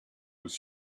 with